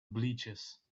bleachers